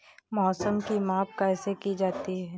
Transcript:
मौसम की माप कैसे की जाती है?